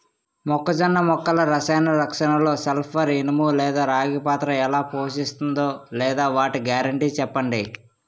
మొక్కజొన్న మొక్కల రసాయన రక్షణలో సల్పర్, ఇనుము లేదా రాగి పాత్ర ఎలా పోషిస్తుందో లేదా వాటి గ్యారంటీ చెప్పండి